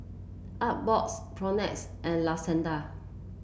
Artbox Propnex and La Senza